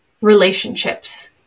relationships